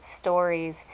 stories